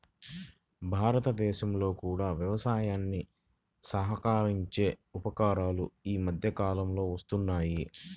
భారతదేశంలో కూడా వ్యవసాయానికి సహకరించే ఉపకరణాలు ఈ మధ్య కాలంలో వస్తున్నాయి